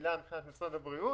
רגילה מבחינת משרד הבריאות